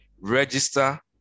register